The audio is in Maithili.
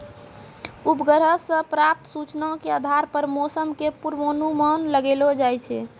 उपग्रह सॅ प्राप्त सूचना के आधार पर मौसम के पूर्वानुमान लगैलो जाय छै